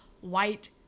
white